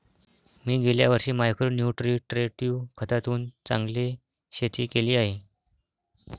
मी गेल्या वर्षी micro nutritive खतातून चांगले शेती केली आहे